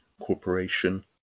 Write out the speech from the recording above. corporation